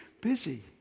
Busy